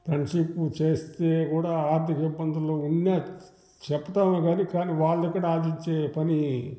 friendship చేస్తే కూడా ఆర్థిక ఇబ్బందుల్లో ఉన్నే చెప్పతామే కానీ కానీ వాళ్ళదగ్గర ఆశించే పని